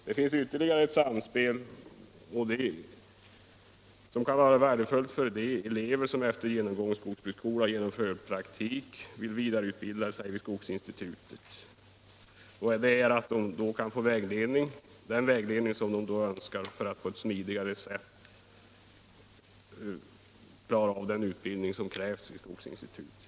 Det finns ytterligare ett samspel som kan vara värdefullt för de elever som efter genomgången skogsbruksskola och praktik vill vidareutbilda sig vid skogsinstitutet, nämligen att de då kan få önskad vägledning för att på ett smidigare sätt klara utbildningen vid skogsinstitutet.